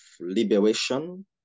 liberation